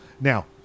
Now